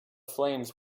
flames